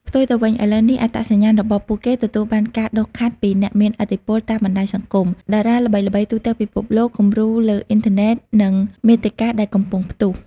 ផ្ទុយទៅវិញ ឥឡូវនេះអត្តសញ្ញាណរបស់ពួកគេទទួលបានការដុសខាត់ពីអ្នកមានឥទ្ធិពលតាមបណ្តាញសង្គម តារាល្បីទូទាំងពិភពលោក គំរូលើអ៊ីនធឺណិត និងមាតិកាដែលកំពុងផ្ទុះ។